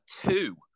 two